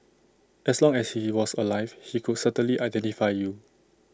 as long as he was alive he could certainly identify you